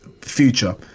future